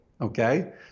Okay